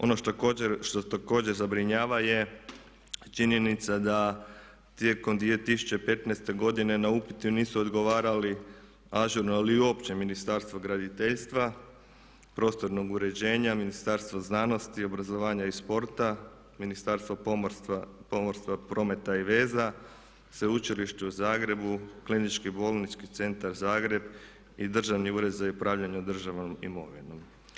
Ono što također zabrinjava je činjenica da tijekom 2015. godine na upit nisu odgovarali ažurno ali i uopće ministarstvo graditeljstva, prostornog uređenja, Ministarstva znanosti, obrazovanja i sporta, Ministarstvo pomorstva, prometa i veza, Sveučilište u Zagrebu, KBC Zagreb, i Državni ured za upravljanje državnom imovinom.